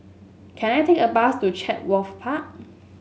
can I take a bus to Chatsworth Park